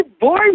boy